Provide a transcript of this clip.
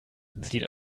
sieht